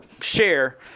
share